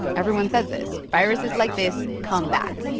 everyone says this. viruses like this come back.